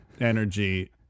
energy